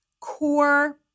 core